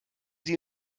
sie